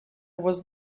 was